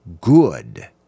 good